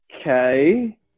Okay